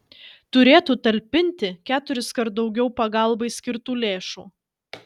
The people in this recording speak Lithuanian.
turėtų talpinti keturiskart daugiau pagalbai skirtų lėšų